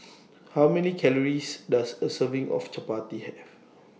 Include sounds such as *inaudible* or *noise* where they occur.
*noise* How Many Calories Does A Serving of Chapati Have